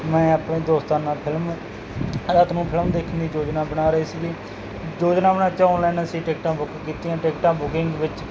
ਮੈਂ ਆਪਣੇ ਦੋਸਤਾਂ ਨਾਲ ਫ਼ਿਲਮ ਰਾਤ ਨੂੰ ਫ਼ਿਲਮ ਦੇਖਣ ਦੀ ਯੋਜਨਾ ਬਣਾ ਰਹੇ ਸੀਗੇ ਯੋਜਨਾ ਬਣਾਉਣ 'ਚ ਓਨਲੈਨ ਅਸੀਂ ਟਿਕਟਾਂ ਬੁੱਕ ਕੀਤੀਆਂ ਟਿਕਟਾਂ ਬੁਕਿੰਗ ਵਿੱਚ